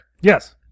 yes